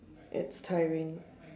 its tiring